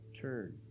turn